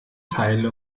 teile